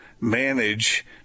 manage